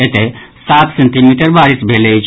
एतय सात सेंटीमीटर बारिश भेल अछि